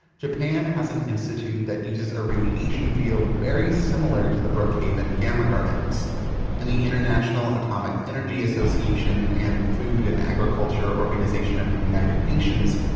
japan has an institute that uses a radiation field very similar to the brookhaven gamma gardens and the international atomic energy association and the food and agriculture organization of the united nations,